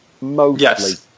mostly